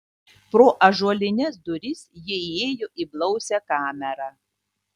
pro ąžuolines duris jie įėjo į blausią kamerą